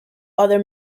other